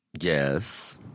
yes